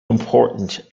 important